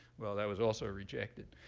well, that was also rejected.